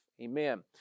Amen